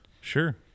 sure